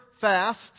fast